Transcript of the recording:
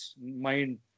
mind